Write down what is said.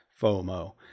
FOMO